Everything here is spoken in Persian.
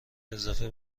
اضافه